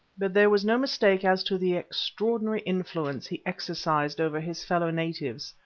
but there was no mistake as to the extraordinary influence he exercised over his fellow-natives.